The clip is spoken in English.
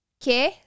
que